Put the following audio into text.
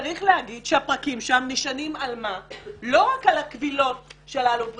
יש לומר שהפרקים שם לא נשענים רק על הקבילות של האלוף בריק,